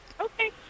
Okay